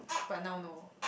but now no